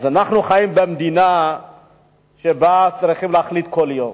אנחנו חיים במדינה שבה צריכים להחליט כל יום.